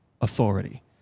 authority